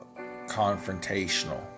confrontational